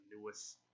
newest